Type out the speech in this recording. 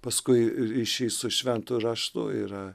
paskui ryšys su šventu raštu yra